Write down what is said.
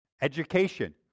education